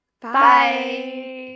Bye